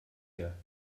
her